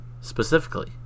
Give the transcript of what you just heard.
specifically